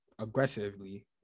aggressively